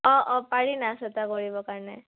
অঁ অঁ পাৰি নাচ এটা কৰিবৰ কাৰণে